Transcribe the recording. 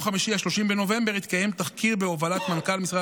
אתה רק מחליש.